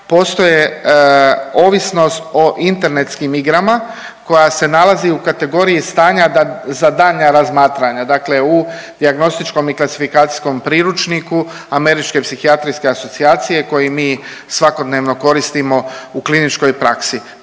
Postoje ovisnost o internetskim igrama koja se nalazi u kategoriji stanja za daljnja razmatranja, dakle u dijagnostičkom i klasifikacijskom priručnike američke psihijatrijske asocijacije koji mi svakodnevno koristimo u kliničkoj praksi.